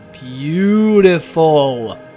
beautiful